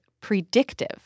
predictive